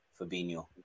Fabinho